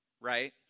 Right